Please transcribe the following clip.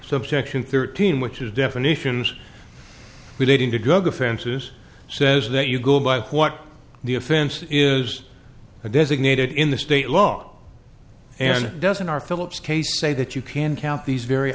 subsection thirteen which is definitions relating to google fences says that you go by what the offense is a designated in the state law and doesn't are philips case say that you can count these very